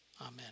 Amen